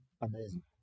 Amazing